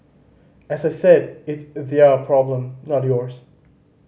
as I said it's their problem not yours